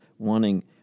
wanting